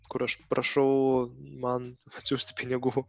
kur aš prašau man atsiųsti pinigų